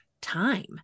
time